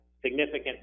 significant